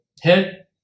head